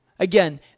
Again